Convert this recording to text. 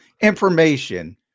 information